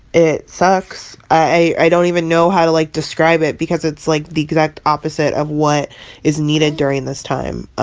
it sucks. i don't even know how to like describe it. because it's actually like the exact opposite of what is needed during this time